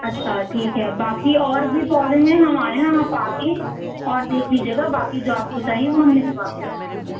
अच्छा ठीक है बाकी और भी पौधे हैं हमारे यहाँ आप आ कर और देख लीजिएगा बाक़ी जो आपको चाहिए वो हम निकलवा के रख देंगे